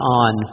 on